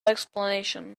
explanation